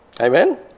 Amen